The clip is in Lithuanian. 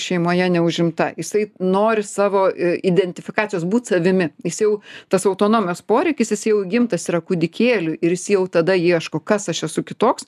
šeimoje neužimta jisai nori savo identifikacijos būt savimi jis jau tas autonomijos poreikis jis jau įgimtas yra kūdikėliui ir jis jau tada ieško kas aš esu kitoks